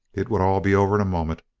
it would all be over in a moment.